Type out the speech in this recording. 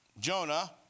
Jonah